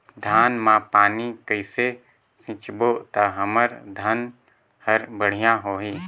धान मा पानी कइसे सिंचबो ता हमर धन हर बढ़िया होही?